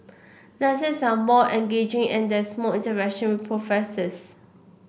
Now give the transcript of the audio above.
lessons are more engaging and there's more interaction with professors